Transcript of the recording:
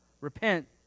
repent